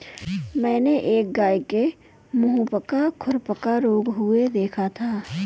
मैंने एक गाय के मुहपका खुरपका रोग हुए देखा था